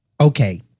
okay